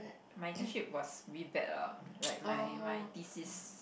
my internship was really bad lah like my my thesis